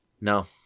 No